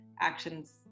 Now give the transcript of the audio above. actions